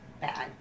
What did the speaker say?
bad